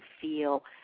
feel